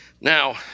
Now